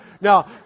Now